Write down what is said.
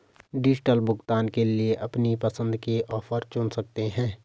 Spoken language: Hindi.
डिजिटल भुगतान के लिए अपनी पसंद के ऑफर चुन सकते है